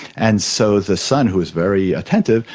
and so the son, who was very attentive,